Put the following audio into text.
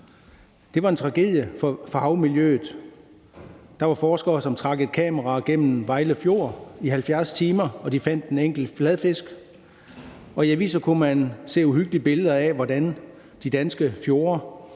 Det var en tragedie for havmiljøet. Der var forskere, som trak et kamera gennem Vejle Fjord i 70 timer, og de fandt en enkelt fladfisk. I aviser kunne man se uhyggelige billeder af, hvordan de danske fjorde,